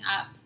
up